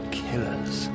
killers